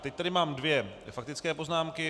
Teď tady mám dvě faktické poznámky.